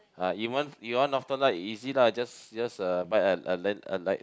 uh you want you want Northern-Light easy lah just just uh buy a a lamp a light